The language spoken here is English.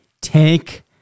Tank